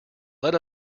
let